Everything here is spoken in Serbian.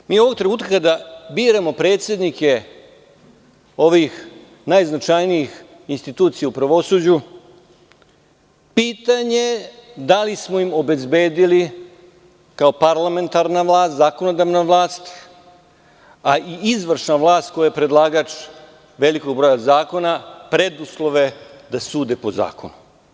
Međutim, mi ovog trenutka da biramo predsednike ovih najznačajnijih institucija u pravosuđu, pitanje je da li smo im obezbedili kao parlamentarna vlast, zakonodavna vlast, a i izvršna vlast koja je predlagač velikog broja zakona, preduslove da sude po zakonu.